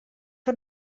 que